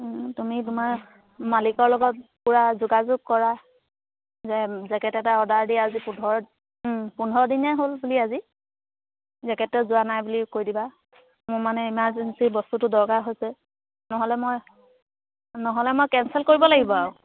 তুমি তোমাৰ মালিকৰ লগত পুৰা যোগাযোগ কৰা যে জেকেট এটা অৰ্ডাৰ দিয়া আজি পোন্ধৰ পোন্ধৰ দিনে হ'ল বুলি আজি জেকেটো যোৱা নাই বুলি কৈ দিবা মোৰ মানে ইমাৰ্জেঞ্চি বস্তুটো দৰকাৰ হৈছে নহ'লে মই নহ'লে মই কেনঞ্চেল কৰিব লাগিব আৰু